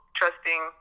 trusting